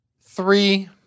Three